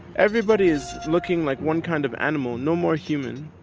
everybody's looking like one kind of animal, no more human.